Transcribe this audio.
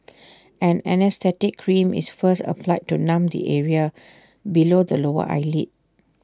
an anaesthetic cream is first applied to numb the area below the lower eyelid